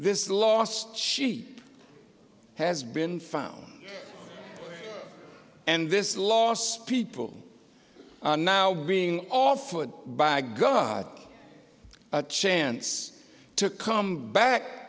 this last she has been found and this last people are now being offered by god a chance to come back